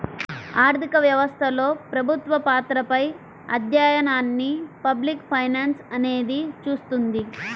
ఆర్థిక వ్యవస్థలో ప్రభుత్వ పాత్రపై అధ్యయనాన్ని పబ్లిక్ ఫైనాన్స్ అనేది చూస్తుంది